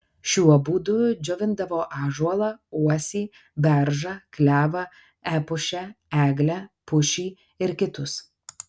šiuo būdu džiovindavo ąžuolą uosį beržą klevą epušę eglę pušį ir kitus